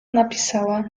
napisała